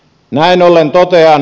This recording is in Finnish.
näin ollen totean